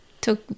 took